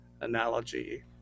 analogy